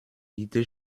bitte